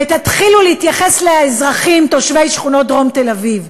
ותתחילו להתייחס לאזרחים תושבי שכונות דרום תל-אביב.